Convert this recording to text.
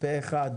הצבעה